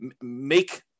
make